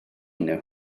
nhw